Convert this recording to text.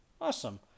Awesome